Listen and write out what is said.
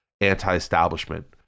anti-establishment